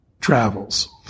travels